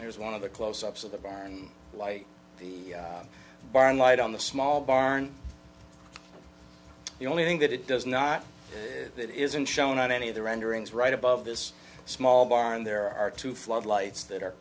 there's one of the close ups of the barn like the barn light on the small barn the only thing that it does not that isn't shown on any of the renderings right above this small barn there are two floodlights that are